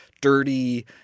Dirty